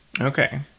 okay